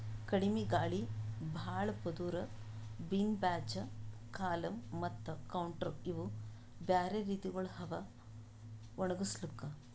ಕಡಿಮಿ ಗಾಳಿ, ಭಾಳ ಪದುರ್, ಬಿನ್ ಬ್ಯಾಚ್, ಕಾಲಮ್ ಮತ್ತ ಕೌಂಟರ್ ಇವು ಬ್ಯಾರೆ ರೀತಿಗೊಳ್ ಅವಾ ಒಣುಗುಸ್ಲುಕ್